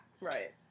Right